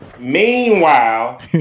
Meanwhile